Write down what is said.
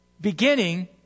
beginning